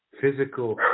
physical